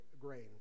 grain